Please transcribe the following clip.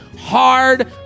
hard